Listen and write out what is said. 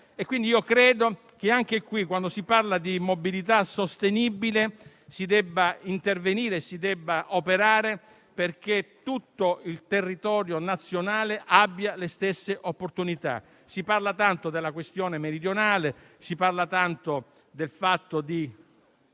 Quindi, quando si parla di mobilità sostenibile, si deve intervenire e operare perché tutto il territorio nazionale abbia le stesse opportunità. Si parla tanto della questione meridionale; si parla tanto del fatto di